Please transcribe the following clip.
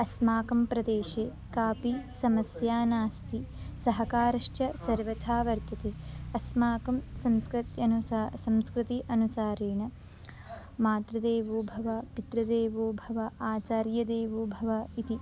अस्माकं प्रदेशे कापि समस्या नास्ति सहकारश्च सर्वथा वर्तते अस्माकं संस्कृत्यनुसारं संस्कृतेः अनुसारेण मातृदेवोभव पितृदेवोभव आचार्यदेवोभव इति